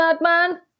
Madman